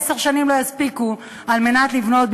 עשר שנים לא הספיקו כדי לבנות,